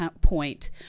point